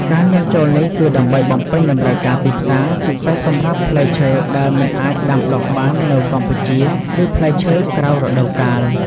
ការនាំចូលនេះគឺដើម្បីបំពេញតម្រូវការទីផ្សារ ពិសេសសម្រាប់ផ្លែឈើដែលមិនអាចដាំដុះបាននៅកម្ពុជា ឬផ្លែឈើក្រៅរដូវកាល។